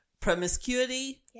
promiscuity